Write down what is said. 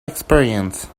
experience